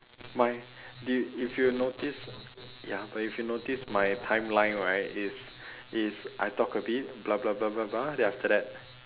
my did if you noticed ya but if you noticed my timeline right it's it's I talk a bit blah blah blah blah blah then after that